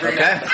Okay